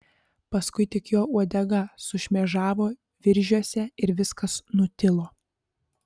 paskui tik jo uodega sušmėžavo viržiuose ir viskas nutilo